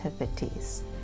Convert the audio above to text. activities